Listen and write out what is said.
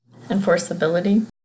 enforceability